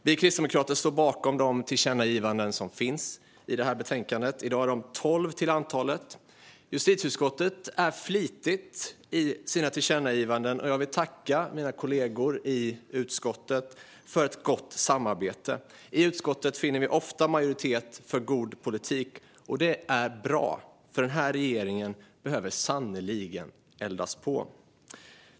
Vi kristdemokrater står bakom de tillkännagivanden som finns i betänkandet. I dag är de tolv till antalet. Justitieutskottet är flitigt med sina tillkännagivanden, och jag vill tacka mina kollegor i utskottet för ett gott samarbete. I utskottet finner vi ofta majoritet för god politik. Det är bra, för den här regeringen behöver sannerligen eldas på.